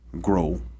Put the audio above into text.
grow